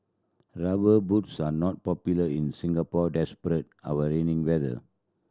Rubber Boots are not popular in Singapore despite our rainy weather